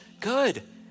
Good